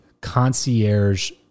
concierge